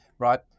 right